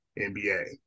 nba